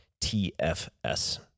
TFS